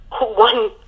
one